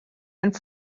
and